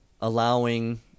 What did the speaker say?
allowing